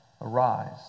arise